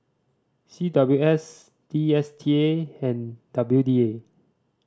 C W S D S T A and W D A